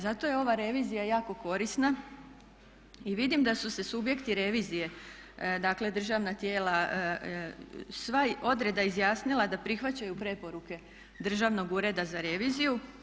Zato je ova revizija jako korisna i vidim da su se subjekti revizije, dakle državna tijela sva od reda izjasnila da prihvaćaju preporuke Državnog ureda za reviziju.